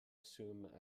assume